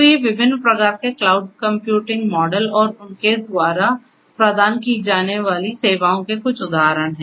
तो ये विभिन्न प्रकार के क्लाउड कंप्यूटिंग मॉडल और उनके द्वारा प्रदान की जाने वाली सेवाओं के कुछ उदाहरण हैं